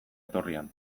etorrian